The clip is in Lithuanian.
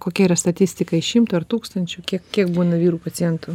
kokia yra statistika iš šimto ar tūkstančio kiek kiek būna vyrų pacientų